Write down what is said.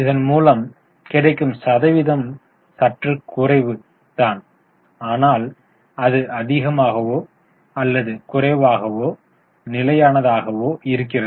இதன் மூலம் கிடைக்கும் சதவீதம் சற்று குறைவு தான் ஆனால் அது அதிகமாகவோ அல்லது குறைவாகவோ நிலையானதாக இருக்கிறது